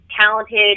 talented